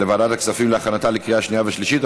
להכנתה לקריאה שנייה ושלישית.